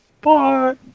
bye